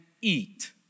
eat